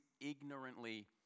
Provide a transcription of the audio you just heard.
ignorantly